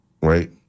right